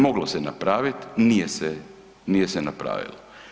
Moglo se napravit, nije se napravilo.